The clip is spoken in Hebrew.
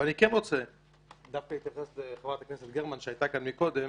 אבל אני כן רוצה דווקא להתייחס לחברת הכנסת גרמן שהיתה כאן מקודם